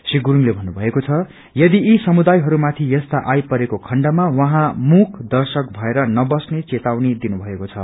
श्री गुरूङले भन्नु भएको छ यदि यी समुदायहरूमाथि यस्ता आई परेको खण्डमा उहाँ मूक दर्शक भएर न बस्ने चेतावनी दिनु भएको छ